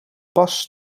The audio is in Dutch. pas